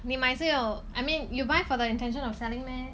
你买是要 I mean you buy with the intention of selling meh